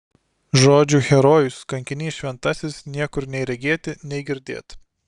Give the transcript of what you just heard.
žodžių herojus kankinys šventasis niekur nei regėti nei girdėt